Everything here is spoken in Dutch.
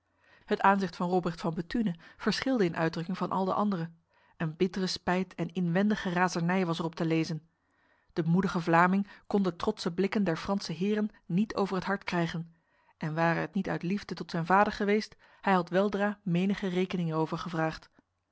het aanzicht van robrecht van bethune verschilde in uitdrukking van al de andere een bittere spijt en inwendige razernij was erop te lezen de moedige vlaming kon de trotse blikken der franse heren niet over het hart krijgen en ware het niet uit liefde tot zijn vader geweest hij had weldra menige rekening erover gevraagd